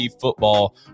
football